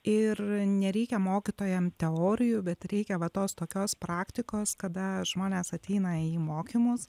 ir nereikia mokytojam teorijų bet reikia va tos tokios praktikos kada žmonės ateina į mokymus